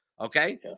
okay